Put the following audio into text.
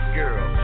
girl